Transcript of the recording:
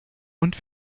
und